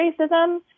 racism